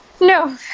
No